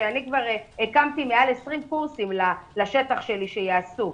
שאני כבר הקמתי מעל 20 קורסים לשטח שלי, שיעשו.